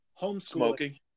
Homeschooling